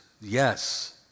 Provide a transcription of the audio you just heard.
yes